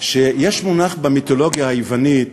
שיש מונח במיתולוגיה היוונית